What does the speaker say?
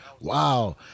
wow